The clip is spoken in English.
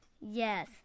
Yes